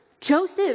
Joseph